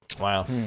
Wow